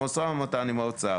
במשא ומתן עם האוצר